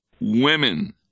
women